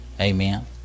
Amen